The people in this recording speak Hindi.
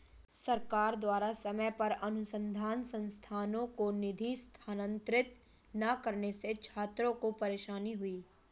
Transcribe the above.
सरकार द्वारा समय पर अनुसन्धान संस्थानों को निधि स्थानांतरित न करने से छात्रों को परेशानी हुई